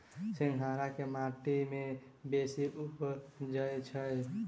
सिंघाड़ा केँ माटि मे बेसी उबजई छै?